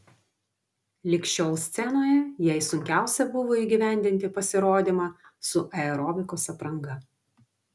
lig šiol scenoje jai sunkiausia buvo įgyvendinti pasirodymą su aerobikos apranga